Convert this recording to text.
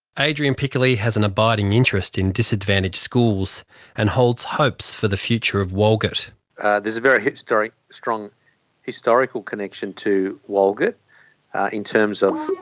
adrian piccoli has an abiding interest in disadvantaged schools and holds hopes for the future of walgett there's a very strong historical connection to walgett in terms of